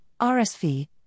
RSV